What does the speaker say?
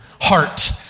heart